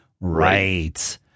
Right